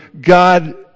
God